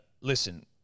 listen